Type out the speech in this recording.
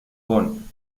con